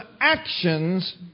actions